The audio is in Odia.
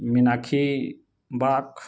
ମିନାକ୍ଷୀ ବାକ୍